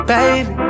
Baby